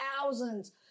thousands